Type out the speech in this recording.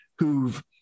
who've